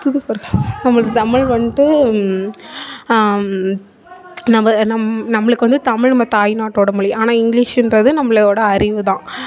கொடுப்போம் நம்மளுக்கு தமிழ் வந்துட்டு நம்ப நம் நம்மளுக்கு வந்து தமிழ் நம்ம தாய் நாட்டோட மொழி ஆனால் இங்கிலீசுன்றது நம்பளோட அறிவு தான்